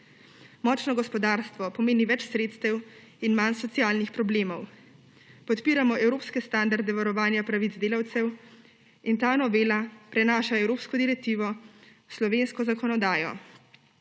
Močno gospodarstvo pomeni več sredstev in manj socialnih problemov. Podpiramo evropske standarde varovanja pravic delavcev in ta novela prenaša evropsko direktivo v slovensko zakonodajo.